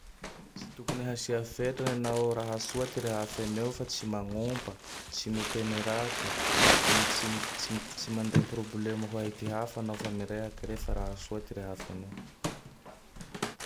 Tsy tokony hasia fetrane nao raha soa ty rehafineo fa tsy magnompa. Tsy miteny raty. M tsy-ma-tsy-ma tsy manday probolemo ho Ay ty hafa nao fa mirehake rehe fa raha soa avao ty rehafinio.